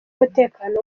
umutekano